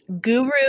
guru